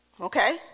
Okay